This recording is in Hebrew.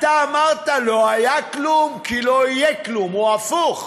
אתה אמרת: לא היה כלום כי לא יהיה כלום, או הפוך: